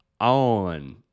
on